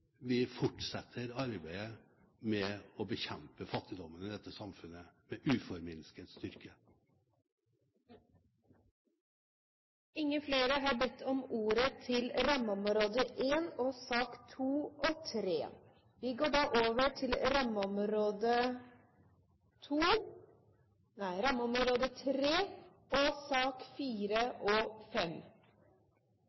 vi fortsetter arbeidet med å bekjempe fattigdommen i dette samfunnet med uforminsket styrke. Flere har ikke bedt om ordet til sakene nr. 2 og 3, rammeområde 2. Vi går da over til rammeområde 3, sakene nr. 4 og